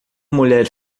mulher